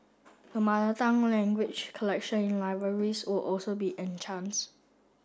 the Mother Tongue language collections in libraries will also be